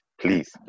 Please